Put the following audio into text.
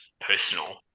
personal